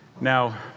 Now